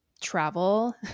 travel